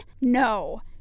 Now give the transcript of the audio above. no